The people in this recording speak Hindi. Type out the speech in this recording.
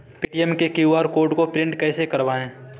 पेटीएम के क्यू.आर कोड को प्रिंट कैसे करवाएँ?